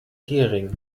gehring